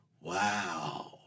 Wow